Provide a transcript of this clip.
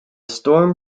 storm